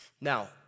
Now